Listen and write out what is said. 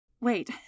Wait